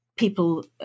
people